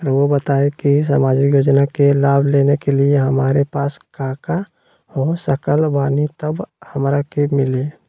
रहुआ बताएं कि सामाजिक योजना के लाभ लेने के लिए हमारे पास काका हो सकल बानी तब हमरा के मिली?